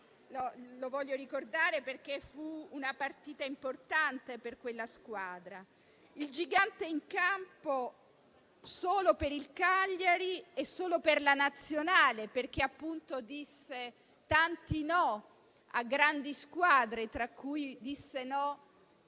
è interista, perché fu una partita importante per quella squadra. Gigante in campo solo per il Cagliari e solo per la Nazionale, perché disse tanti no a grandi squadre, tra cui anche al